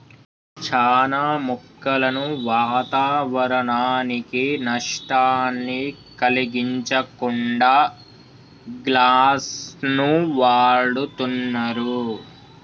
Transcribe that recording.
చానా మొక్కలను వాతావరనానికి నష్టాన్ని కలిగించకుండా గ్లాస్ను వాడుతున్నరు